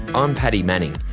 i'm paddy manning,